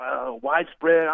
widespread